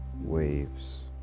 waves